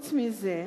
חוץ מזה,